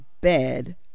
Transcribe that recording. bed